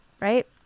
right